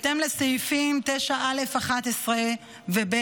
בהתאם לסעיפים 9(א)(11) ו-(ב)